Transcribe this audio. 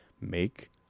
make